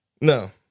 No